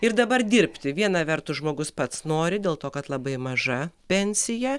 ir dabar dirbti viena vertus žmogus pats nori dėl to kad labai maža pensija